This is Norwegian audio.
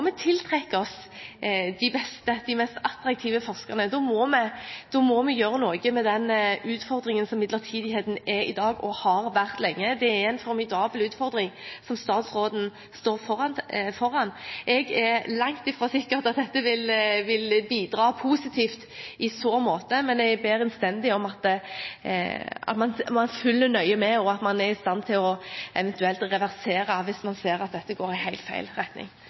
må tiltrekke oss de beste og mest attraktive forskerne. Da må vi gjøre noe med den utfordringen som midlertidigheten er i dag, og har vært lenge. Det er en formidabel utfordring som statsråden står foran. Jeg er langt ifra sikker på at dette vil bidra positivt i så måte, men jeg ber innstendig om at man følger nøye med, og at man eventuelt er i stand til å reversere hvis man ser at dette går i helt feil retning.